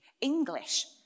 English